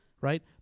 right